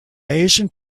asian